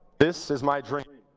this is my dream.